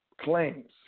claims